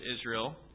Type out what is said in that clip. Israel